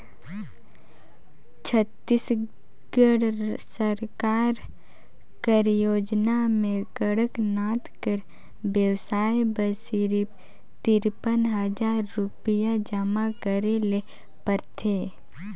छत्तीसगढ़ सरकार कर योजना में कड़कनाथ कर बेवसाय बर सिरिफ तिरपन हजार रुपिया जमा करे ले परथे